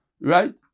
Right